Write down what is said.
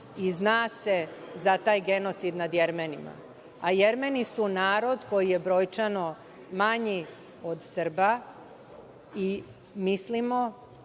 i zna se za taj genocid nad Jermenima. Jermeni su narod koji je brojčano manji od Srba i mislimo,